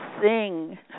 sing